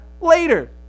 later